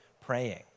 praying